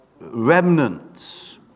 remnants